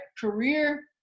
career